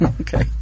Okay